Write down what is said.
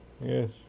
Yes